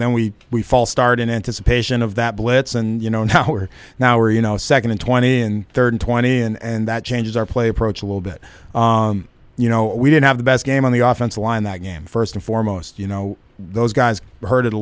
then we we fall start in anticipation of that blitz and you know how we are now or you know second and twenty in third twenty and that changes our play approach a little bit you know we didn't have the best game on the off chance line that game first and foremost you know those guys heard it a